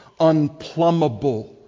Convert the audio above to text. unplumbable